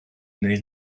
neu